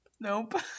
Nope